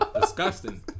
Disgusting